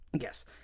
Yes